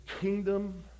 kingdom